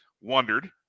wondered